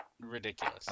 ridiculous